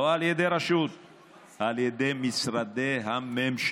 לא על ידי רשות אלא על ידי משרדי הממשלה.